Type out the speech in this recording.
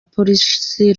polisi